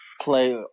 play